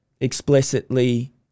explicitly